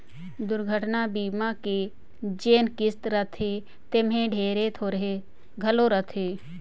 दुरघटना बीमा के जेन किस्त रथे तेम्हे ढेरे थोरहें घलो रहथे